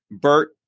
Bert